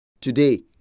today